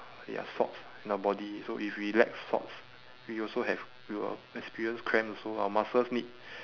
they are salts in our body so if we lack salts we also have we will experience cramp also lah muscles need